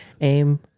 Aim